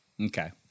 Okay